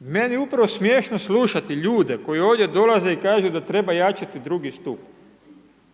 Meni je upravo smiješno slušati ljude koji ovdje dolaze i kažu da treba jačati drugi stup,